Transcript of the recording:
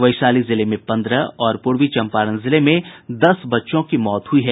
वैशाली जिले में पन्द्रह और पूर्वी चंपारण जिले में दस बच्चों की मौत हुई है